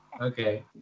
okay